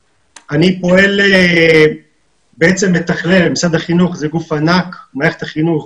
משרד החינוך הוא גוף ענק, מערכת החינוך